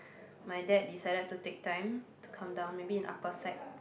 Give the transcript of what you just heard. my dad decided to take time to come down maybe in upper side